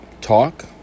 talk